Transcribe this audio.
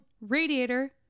Radiator